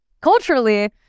culturally